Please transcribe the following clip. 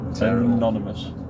anonymous